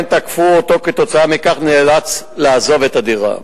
תקפו אותו וכתוצאה מכך הוא נאלץ לעזוב את הדירה.